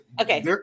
Okay